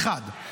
אחת,